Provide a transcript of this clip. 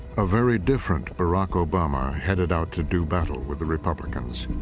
a very different barack obama headed out to do battle with the republicans.